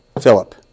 Philip